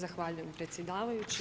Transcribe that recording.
Zahvaljujem predsjedavajući.